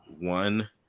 one